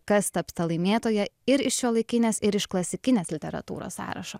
kas taps ta laimėtoja ir iš šiuolaikinės ir iš klasikinės literatūros sąrašo